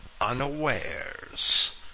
unawares